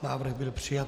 Návrh byl přijat.